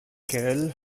kerl